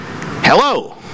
hello